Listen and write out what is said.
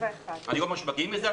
אני לא אומר שמגיעים לזה,